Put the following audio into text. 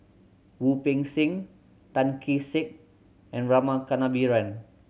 Wu Peng Seng Tan Kee Sek and Rama Kannabiran